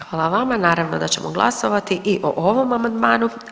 Hvala vama, naravno da ćemo glasovati i ovom amandmanu.